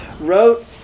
wrote